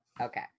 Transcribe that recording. okay